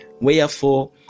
Wherefore